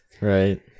right